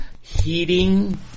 heating